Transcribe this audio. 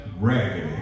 Raggedy